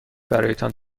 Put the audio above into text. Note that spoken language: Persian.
برایتان